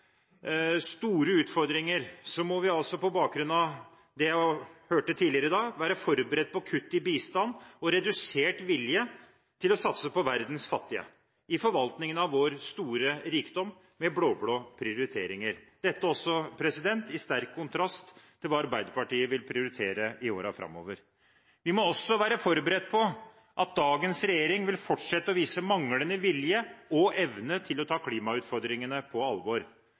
store utfordringer, må vi på bakgrunn av det man hørte tidligere i dag, være forberedt på kutt i bistand og redusert vilje til å satse på verdens fattige – i forvaltningen av vår store rikdom med blå-blå prioriteringer – dette også i sterk kontrast til hva Arbeiderpartiet vil prioritere i årene framover. Vi må også være forberedt på at dagens regjering vil fortsette å vise manglende vilje og evne til å ta klimautfordringene på alvor.